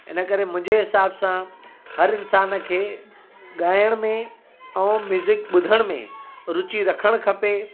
हिनकरे मुंहिंजे हिसाबु सां हर इंसान खे ॻाइण में ऐं म्यूज़िक ॿुधण में रुचि रखणु खपे